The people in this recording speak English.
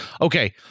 Okay